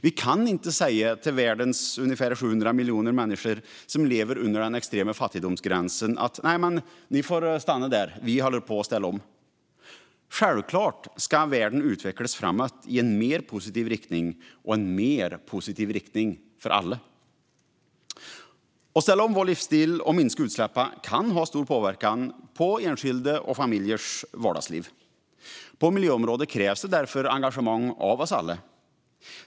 Vi kan inte säga till världens ungefär 700 miljoner människor som lever under den extrema fattigdomsgränsen: Ni får stanna där - vi håller på att ställa om. Nej, självklart ska världen utvecklas framåt i en mer positiv riktning för alla. Att ställa om vår livsstil och minska utsläppen kan ha stor påverkan på enskildas och familjers vardagsliv. På miljöområdet krävs därför engagemang av oss alla.